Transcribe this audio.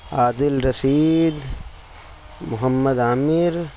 Adil Rashid Mohammad Amir